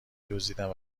دزدیدم